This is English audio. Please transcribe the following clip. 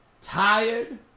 tired